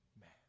man